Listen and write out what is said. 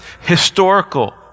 historical